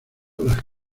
las